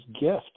gift